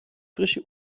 frische